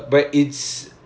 java